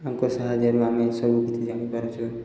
ତାଙ୍କ ସାହାଯ୍ୟରୁ ଆମେ ସବୁକିଛି ଜାଣିପାରୁଛୁ